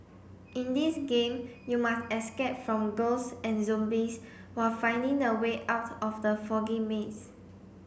in this game you must escape from ghosts and zombies while finding the way out of the foggy maze